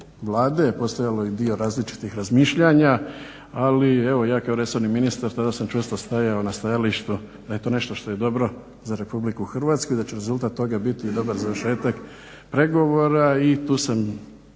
Vlade postojalo je i dio različitih razmišljanja, ali evo ja kao resorni ministar tada sam čvrsto stajao na stajalištu da je to nešto što je dobro za RH i da će rezultat toga biti dobar završetak pregovora. I tu sam